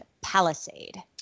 palisade